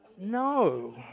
no